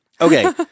Okay